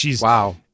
Wow